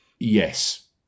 Yes